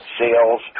sales